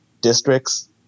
districts